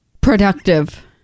Productive